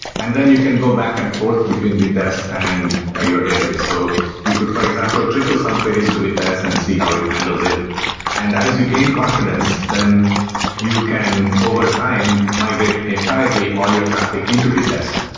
and then you can go back and forth between vitess and ah your database. so you could for example trickle some queries to vitess and see how it handles it as you gain confidence, then you can over time migrate entirely all your traffic into vitess.